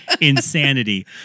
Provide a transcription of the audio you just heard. insanity